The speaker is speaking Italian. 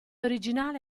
originale